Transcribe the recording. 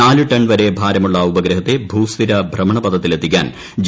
നാല് ടൺ വരെ ഭാരമുള്ള ഉപഗ്രഹത്തെ ഭൂസ്ഥിര ഭ്രമണപഥത്തിലെത്തിക്കാൻ ജി